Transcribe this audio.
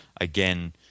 again